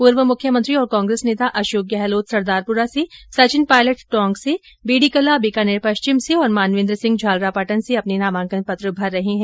पूर्व मुख्यमंत्री और कांग्रेस नेता अशोक गहलोत सरदारपुरा से सचिन पायलट टोंक से बीडी कल्ला बीकानेर पश्चिम से और मानवेन्द्र सिंह झालरापाटन से अपने नामांकन पत्र भर रहे है